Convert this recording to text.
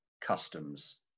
Customs